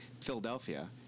Philadelphia